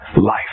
life